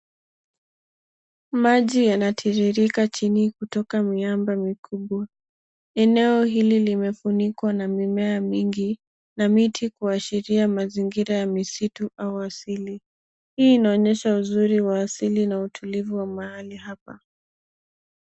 Maji yanatiririka chini kutoka miamba mikubwa. Eneo hili limefunikwa na mimea mingi na miti kuashiria mazingira ya misitu au asili. Hii inaonyesha uzuri wa asili na utulivu wa mahali hapa.